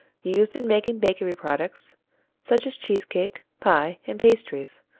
used in making bakery products such as cheese cake, pie, and pastries,